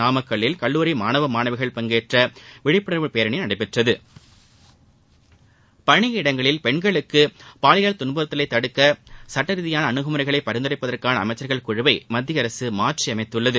நாமக்கல்லில் கல்லூரி மாணவ மாணவிகள் பங்கேற்ற விழிப்புணர்வு பேரணி நடைபெற்றது பணி இடங்களில் பெண்களுக்கு பாலியல் துன்புறுத்தலை தடுக்க சுட்டரீதியிலான அணுகுமுறைகளை பரிந்துரைப்பதற்கான அமைச்சர்கள் குழுவை மத்திய அரசு மாற்றி அமைத்துள்ளது